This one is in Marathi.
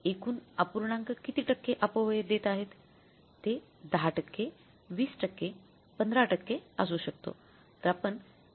एकूण अपूर्णांक किती टक्के अपव्य देत आहेत ते १० टक्के २०टक्के १५ टक्केअसू शकतो